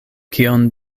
kion